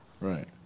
Right